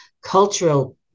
cultural